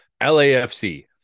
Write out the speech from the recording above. LAFC